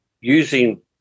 using